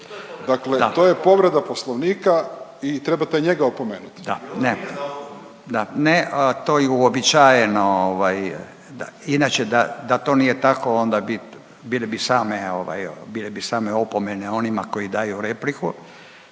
Dakle, to je povreda Poslovnika i trebate njega opmenuti. **Radin, Furio (Nezavisni)** Da. Ne, to je uobičajeno. Inače da to nije tako onda bi, bile bi same opomene onima koji daju replike,